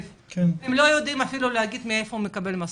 הם לא יודעים אפילו להגיד מאיפה הוא מקבל משכורת.